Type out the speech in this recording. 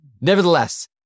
Nevertheless